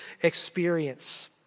experience